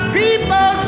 people